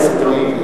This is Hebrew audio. אינסטנציה.